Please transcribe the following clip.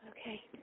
Okay